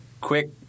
quick